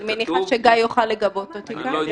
בטוחה שגיא יוכל לגבות אותי כאן.